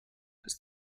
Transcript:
des